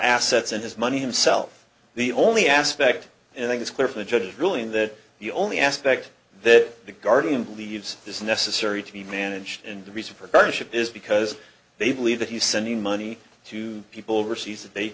assets and his money himself the only aspect and i think it's clear from the judge's ruling that the only aspect that the guardian believes is necessary to be managed and the reason for parent ship is because they believe that he's sending money to people overseas th